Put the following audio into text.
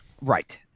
right